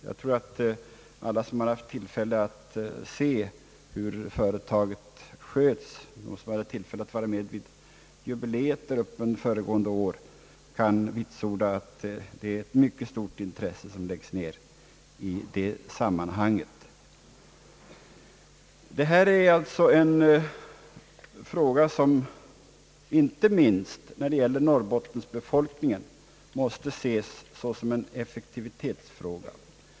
Jag tror att alla som haft tillfälle att se hur företaget sköts och som t.ex. hade tillfälle att närvara vid jubileet förra året kan vitsorda, att ett mycket stort intresse i det avseendet har visats från företagets sida. Detta är en fråga som inte minst när det gäller norrbottensbefolkningen måste ses som en effektivitetsfråga.